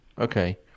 Okay